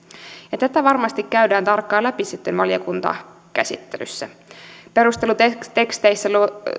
ja tätä varmasti käydään tarkkaan läpi sitten valiokuntakäsittelyssä perusteluteksteissä